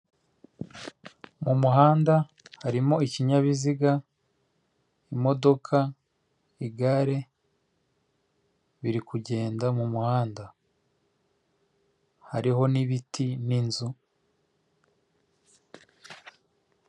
Umugore wirabura ufite imisatsi myinshi y’umukara namaso ajya kuba matoya wambaye ikanzu iri mu ibara ry'umutuku, umweru, ndetse n’umukara ahagaze imbere y’ igikuta gifite ibara ry'mweru.